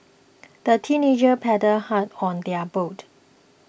the teenagers paddled hard on their boat